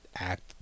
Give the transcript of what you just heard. act